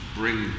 bring